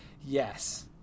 Yes